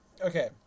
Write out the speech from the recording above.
okay